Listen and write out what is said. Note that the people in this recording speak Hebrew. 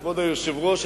כבוד היושב-ראש,